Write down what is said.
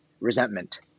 resentment